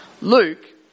Luke